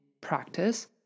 practice